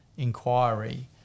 inquiry